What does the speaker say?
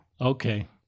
Okay